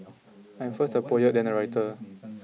I am first a poet then a writer